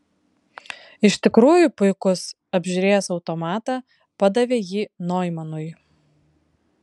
iš tikrųjų puikus apžiūrėjęs automatą padavė jį noimanui